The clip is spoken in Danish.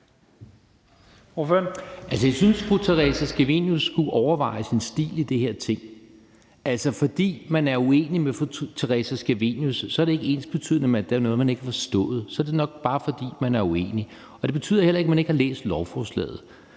(V): Jeg synes, at fru Theresa Scavenius skulle overveje sin stil i det her Ting. Bare fordi man er uenig med fru Theresa Scavenius, er det ikke ensbetydende med, at der er noget, man ikke har forstået. Så er det nok bare, fordi man er uenig. Det betyder heller ikke, at man ikke har læst lovforslaget.